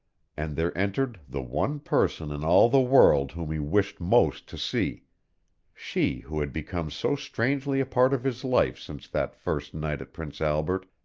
and there entered the one person in all the world whom he wished most to see she who had become so strangely a part of his life since that first night at prince albert,